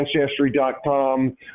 Ancestry.com